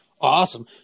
Awesome